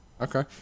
Okay